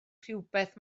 rhywbeth